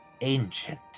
ancient